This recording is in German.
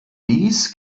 dies